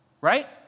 Right